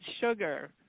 sugar